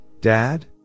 dad